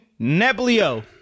Neblio